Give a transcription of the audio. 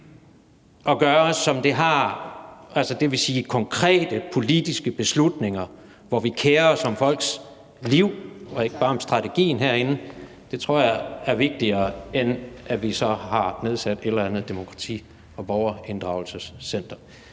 at gøre, altså det vil sige konkrete politiske beslutninger, hvor vi herinde kerer os om folks liv og ikke bare om strategien – er vigtigere at håndtere, end at vi har nedsat et eller andet demokrati- og borgerinddragelsescenter.